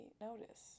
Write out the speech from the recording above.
notice